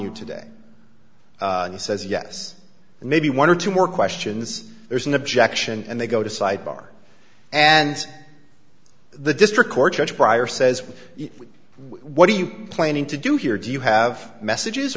you today and says yes and maybe one or two more questions there's an objection and they go to sidebar and the district court judge pryor says what are you planning to do here do you have messages